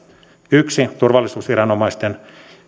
yksi turvallisuusviranomaisten